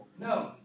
No